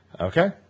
Okay